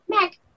Mac